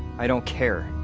i don't care